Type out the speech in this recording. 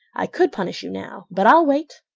i could punish you now, but i'll wait!